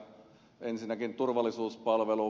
ensinnäkin turvallisuuspalvelu